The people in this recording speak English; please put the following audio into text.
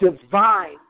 divine